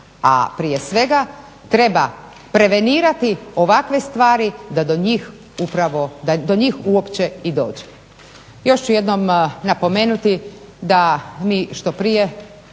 a prije svega treba prevenirati ovakve stvari da do njih uopće i dođe. Još ću jednom napomenuti da mi što prije